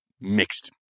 mixed